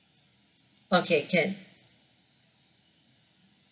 okay can